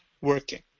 working